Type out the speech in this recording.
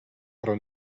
pero